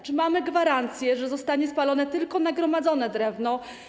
Czy mamy gwarancję, że zostanie spalone tylko nagromadzone drewno?